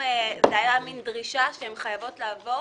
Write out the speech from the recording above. זו הייתה מעין דרישה נאמר שהן חייבות לעבור